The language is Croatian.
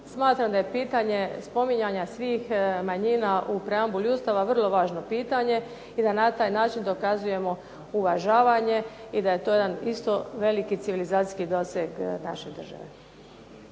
Smatram da je pitanje spominjanja svih manjina u preambuli Ustava vrlo važno pitanje i da taj način dokazujemo uvažavanje i da je to jedan isto veliki civilizacijski doseg naše države.